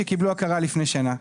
שקיבלו הכרה לפני שנה?